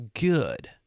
good